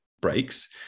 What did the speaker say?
breaks